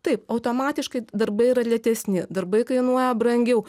taip automatiškai darbai yra lėtesni darbai kainuoja brangiau